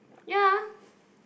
yeah